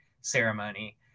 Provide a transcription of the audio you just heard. ceremony